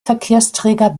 verkehrsträger